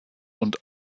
und